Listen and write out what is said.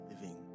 living